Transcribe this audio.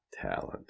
talent